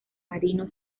marino